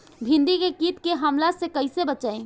भींडी के कीट के हमला से कइसे बचाई?